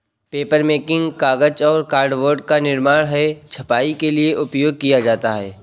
papermaking कागज और cardboard का निर्माण है छपाई के लिए उपयोग किया जाता है